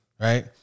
right